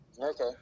Okay